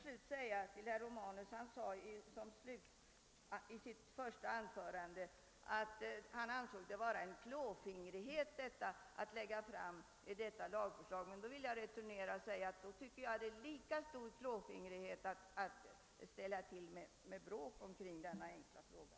Eftersom herr Romanus i sitt första anförande sade, att han ansåg det vara klåfingrigt att lägga fram detta lagförslag, vill jag returnera och framhålla att det är lika stor klåfingrighet att ställa till med bråk i denna enkla fråga.